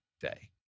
day